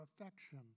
affection